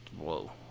whoa